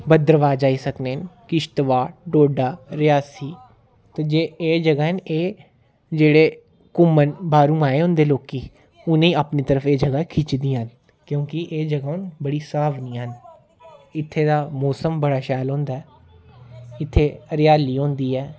भद्रवाह जाई सकने न किश्तवाड़ डोडा रियासी ते जे एह् जगह् न एह् जेह्ड़े घूमन बाहरूं आए होंदे लोकी उनें अपनी तरफ एह् जगह खिच्चदियां न क्युंकि एह् जगह् बड़ी सुहावनियां न इत्थे दा मौसम बड़ा शैल होंदा ऐ इत्थे हरेआली होंदी ऐ